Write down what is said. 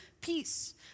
peace